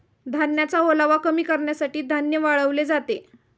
धान्याचा ओलावा कमी करण्यासाठी धान्य वाळवले जाते